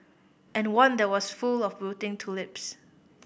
and one that was full of wilting tulips